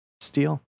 Steel